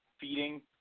feeding